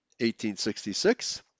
1866